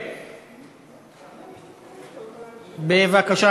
איתן כבל,